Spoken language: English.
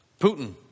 Putin